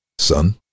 Son